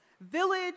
village